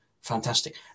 fantastic